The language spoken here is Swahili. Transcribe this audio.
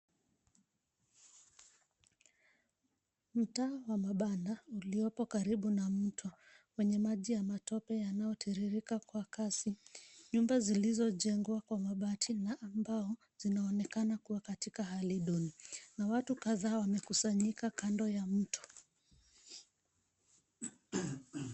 Mtaa wa mabanda uliopo karibu na mto, wenye maji ya matope yanayotiririka kwa kasi. Nyumba zilizojengwa kwa mabati na mbao, zinaonekana kua katika hali duni, na watu kadhaa wamekusanyika kando ya mto.